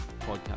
podcast